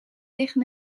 liggen